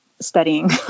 studying